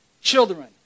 children